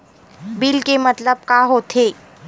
Bill के मतलब का होथे?